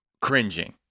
cringing